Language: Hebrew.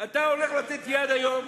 אתה הולך לתת יד היום,